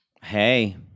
Hey